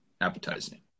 appetizing